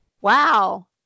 Wow